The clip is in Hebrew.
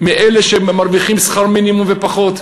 מאלה שמרוויחים שכר מינימום ופחות.